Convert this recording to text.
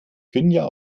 finja